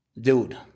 Dude